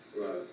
Right